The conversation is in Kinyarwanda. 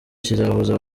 kizahuza